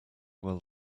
while